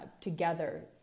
together